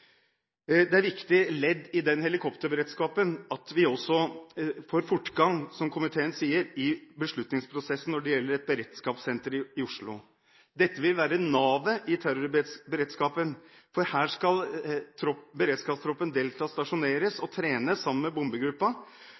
Det er et viktig ledd i helikopterberedskapen at vi også får «fortgang», som komiteen sier, i beslutningsprosessen når det gjelder et beredskapssenter i Oslo. Dette vil være navet i terrorberedskapen, for her skal beredskapstroppen Delta stasjoneres og trene sammen med bombegruppen,